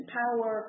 power